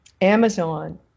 Amazon